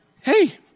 hey